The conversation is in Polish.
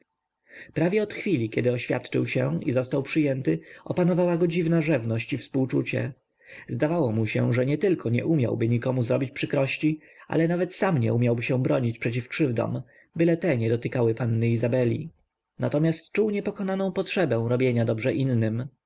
prawie od chwili kiedy oświadczył się i został przyjęty opanowała go dziwna rzewność i współczucie zdawało mu się że nietylko nie umiałby nikomu zrobić przykrości ale nawet sam nie umiałby się bronić przeciw krzywdom byle te nie dotykały panny izabeli natomiast czuł niepokonaną potrzebę robienia dobrze innym